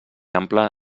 ample